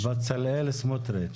בצלאל סמוטריץ'.